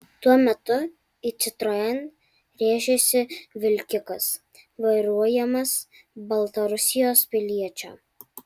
tuo metu į citroen rėžėsi vilkikas vairuojamas baltarusijos piliečio